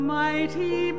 mighty